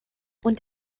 und